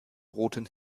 roten